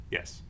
Yes